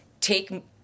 take